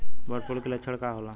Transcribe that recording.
Bird flu के लक्षण का होला?